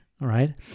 right